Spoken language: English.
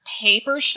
paper